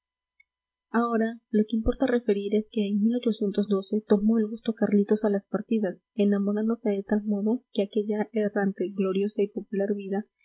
ahora lo que importa referir es que en tomó el gusto carlitos a las partidas enamorándose de tal modo de aquella errante gloriosa y popular vida